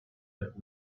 that